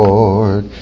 Lord